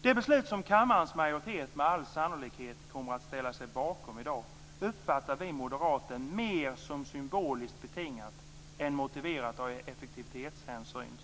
Det beslut som kammarens majoritet med all sannolikhet kommer att ställa sig bakom i dag uppfattar vi moderater mer som symboliskt betingat än motiverat av effektivitetshänsyn.